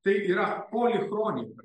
tai yra polikronika